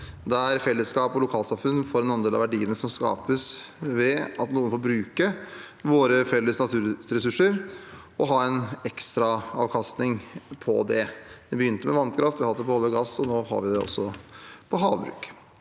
der fellesskap og lokalsamfunn får en andel av verdiene som skapes, ved at noen får bruke våre felles naturressurser og ha en ekstra avkastning på det. Det begynte med vannkraft, vi har hatt det på olje og gass, og nå har vi det også på havbruk.